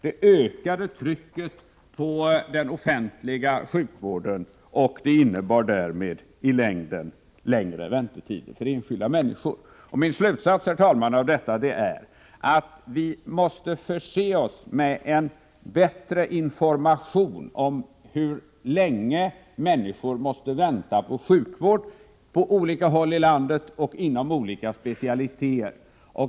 Det ökade trycket på den offentliga sjukvården, 30 maj 1985 och det innebar därmed i längden längre väntetider för enskilda människor. Min slutsats av detta är, herr talman, att vi måste förse oss med en bättre information om hur länge människor måste vänta på sjukvård på olika håll i landet och inom olika specialiteter.